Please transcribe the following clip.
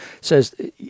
says